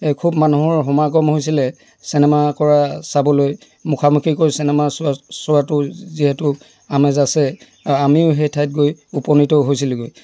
খুব মানুহৰ সমাগম হৈছিলে চেনেমা কৰা চাবলৈ মুখামুখিকৈ চেনেমা চোৱাটো যিহেতু আমেজ আছে আমিও সেই ঠাইত গৈ উপনীত হৈছিলোঁগৈ